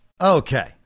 Okay